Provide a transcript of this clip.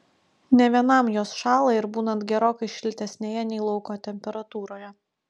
ne vienam jos šąla ir būnant gerokai šiltesnėje nei lauko temperatūroje